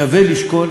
שווה לשקול